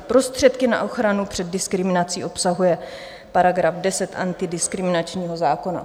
Prostředky na ochranu před diskriminací obsahuje § 10 antidiskriminačního zákona.